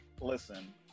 listen